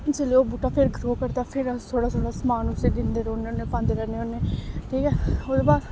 जेल्लै ओह् बूह्टा फिर ग्रो करदा फिर अस उसी थोह्ड़ा थोह्ड़ा समान उसी दिंदे रौह्न्ने होन्ने पांदे रैह्न्ने होन्ने ठीक ऐ ओह्दे बाद